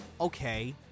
okay